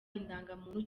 indangamuntu